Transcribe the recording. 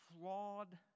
flawed